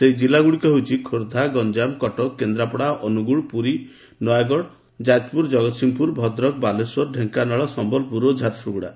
ସେହି ଜିଲ୍ଲଗୁଡ଼ିକ ହେଉଛି ଖୋର୍ଦ୍ଧା ଗଞ୍ଠାମ କଟକ କେନ୍ଦ୍ରାପଡ଼ା ଅନୁଗୁଳ ପୁରୀ ନୟାଗଡ଼ ଯାକପୁର ଜଗତ୍ସିଂହପୁର ଭଦ୍ରକ ବାଲେଶ୍ୱର ଢେଙ୍କାନାଳ ସମ୍ୟଲପୁର ଓ ଝାରସୁଗୁଡ଼ା